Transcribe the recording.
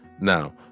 now